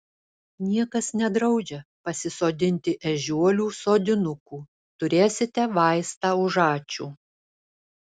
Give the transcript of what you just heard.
niekas nedraudžia pasisodinti ežiuolių sodinukų turėsite vaistą už ačiū